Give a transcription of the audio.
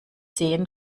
sehen